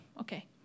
Okay